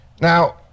Now